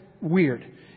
weird